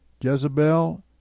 Jezebel